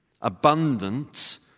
Abundant